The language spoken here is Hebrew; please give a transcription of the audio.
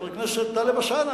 חבר הכנסת טלב אלסאנע,